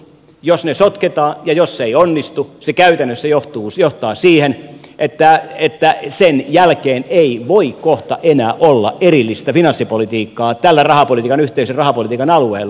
jos ne sotketaan ja jos se ei onnistu se käytännössä johtaa siihen että sen jälkeen ei voi kohta enää olla erillistä finanssipolitiikkaa tällä rahapolitiikan yhteisen rahapolitiikan alueella